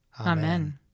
Amen